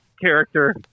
character